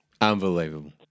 Unbelievable